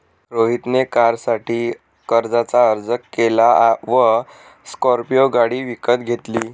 रोहित ने कारसाठी कर्जाचा अर्ज केला व स्कॉर्पियो गाडी विकत घेतली